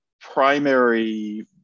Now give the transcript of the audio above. primary